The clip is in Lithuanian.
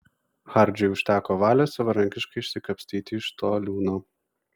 hardžiui užteko valios savarankiškai išsikapstyti iš to liūno